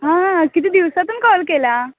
हां किती दिवसांतून कॉल केला